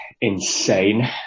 insane